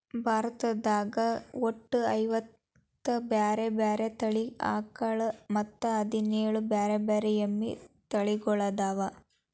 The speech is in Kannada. ಭಾರತದಾಗ ಒಟ್ಟ ಐವತ್ತ ಬ್ಯಾರೆ ಬ್ಯಾರೆ ತಳಿ ಆಕಳ ಮತ್ತ್ ಹದಿನೇಳ್ ಬ್ಯಾರೆ ಬ್ಯಾರೆ ಎಮ್ಮಿ ತಳಿಗೊಳ್ಅದಾವ